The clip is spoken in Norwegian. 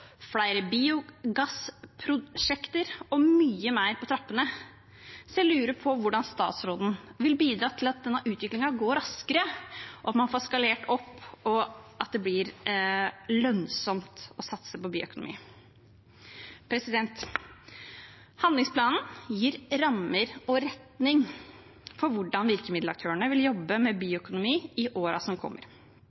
flere biogassprosjekter og mye mer er på trappene. Jeg lurer på hvordan statsråden vil bidra til at denne utviklingen går raskere, at man får skalert opp, og at det blir lønnsomt å satse på bioøkonomi. Handlingsplanen gir rammer og retning for hvordan virkemiddelaktørene vil jobbe med